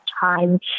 time